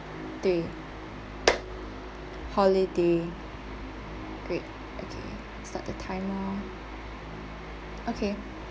three holiday three okay start the time now okay